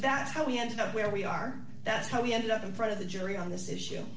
that's how we ended up where we are that's how we ended up in front of the jury on this issue